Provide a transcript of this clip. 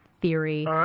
Theory